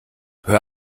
hör